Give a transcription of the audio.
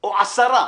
או עשרה